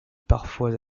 parfois